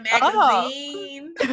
magazine